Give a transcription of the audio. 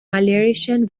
malerischen